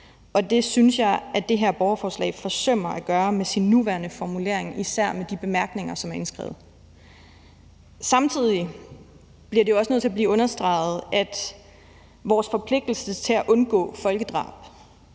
og det synes jeg at det her borgerforslag forsømmer at gøre med sin nuværende formulering, især med de bemærkninger, som er indskrevet. Samtidig er det jo også nødt til at blive understreget, at vores forpligtelse til at undgå folkedrab